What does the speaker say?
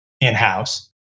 in-house